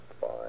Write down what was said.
fine